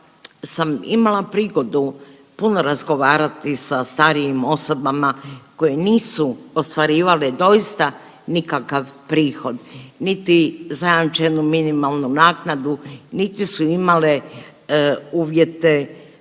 sam imala prigodu puno razgovarati sa starijim osobama koje nisu ostvarivale doista nikakav prihod, niti zajamčenu minimalnu naknadu, niti su imale uvjete